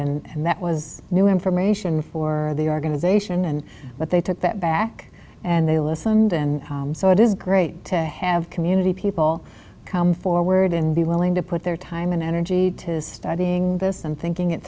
holland and that was new information for the organization and that they took that back and they listened and so it is great to have community people come forward and be willing to put their time and energy to studying this and thinking it